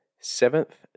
Seventh